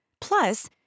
Plus